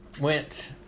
went